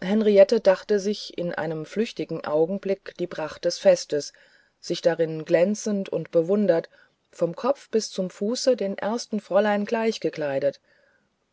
henriette dachte sich in einem flüchtigen augenblicke die pracht des festes sich darin glänzend und bewundernd vom kopfe bis zum fuße den ersten fräulein gleichgekleidet